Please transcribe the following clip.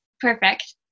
Perfect